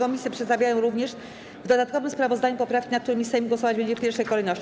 Komisje przedstawiają również w dodatkowym sprawozdaniu poprawki, nad którymi Sejm głosować będzie w pierwszej kolejności.